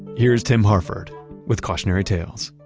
here's tim harford with cautionary tales